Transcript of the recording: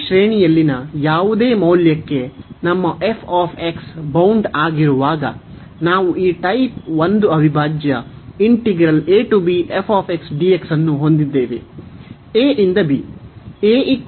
ಈ ಶ್ರೇಣಿಯಲ್ಲಿನ ಯಾವುದೇ ಮೌಲ್ಯಕ್ಕೆ ನಮ್ಮ ಬೌಂಡ್ ಆಗಿರುವಾಗ ನಾವು ಈ ಟೈಪ್ 1 ಅವಿಭಾಜ್ಯ ಅನ್ನು ಹೊಂದಿದ್ದೇವೆ